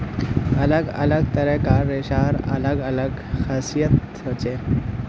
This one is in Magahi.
अलग अलग तरह कार रेशार अलग अलग खासियत हछेक